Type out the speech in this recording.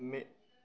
may